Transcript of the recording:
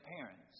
parents